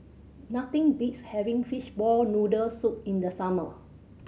nothing beats having fishball noodle soup in the summer